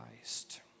Christ